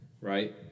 right